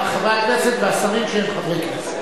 חברי הכנסת והשרים שהם חברי כנסת.